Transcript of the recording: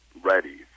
ready